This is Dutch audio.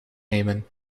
nemen